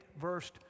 verse